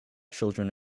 children